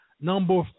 number